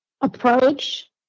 approach